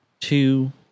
Two